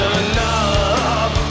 enough